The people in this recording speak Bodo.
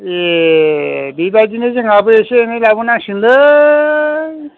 ए बेबायदिनो जोंहाबो एसे एनै लाबोनांसिगोनलै